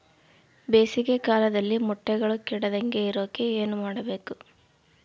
ಬೇಸಿಗೆ ಕಾಲದಲ್ಲಿ ಮೊಟ್ಟೆಗಳು ಕೆಡದಂಗೆ ಇರೋಕೆ ಏನು ಮಾಡಬೇಕು?